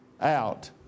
out